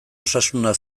osasuna